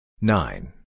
nine